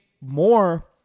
more